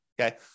Okay